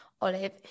Olive